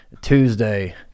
Tuesday